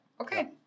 Okay